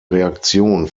reaktion